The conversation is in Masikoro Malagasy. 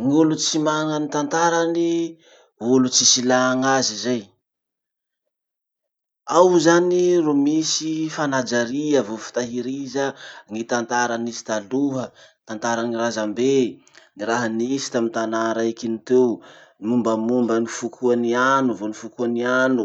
gn'olo tsy mana gny tantarany, olo tsisy ilàgn'azy zay. Ao zany ro misy fanajaria vo fitahiriza ny tantara nisy taloha, tantaran'ny razam-be, gny raha nisy tamy tanà raiky iny teo, momba momba ny fokoan'ny ano vo ny fokoan'ny ano.